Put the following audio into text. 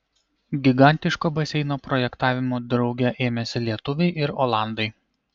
gigantiško baseino projektavimo drauge ėmėsi lietuviai ir olandai